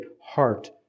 heart